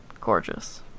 Gorgeous